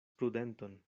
prudenton